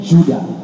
Judah